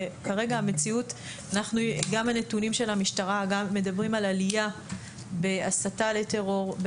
וכרגע המציאות לפי הנתונים של המשטרה מדברים על עלייה והסתה לטרור,